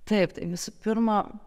taip tai visų pirma